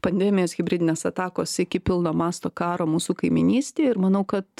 pandemijos hibridinės atakos iki pilno masto karo mūsų kaimynystėj ir manau kad